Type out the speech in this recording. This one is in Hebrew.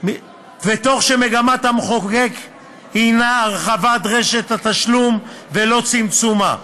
וכאשר מגמת המחוקק הנה הרחבת רשת התשלום ולא צמצומה,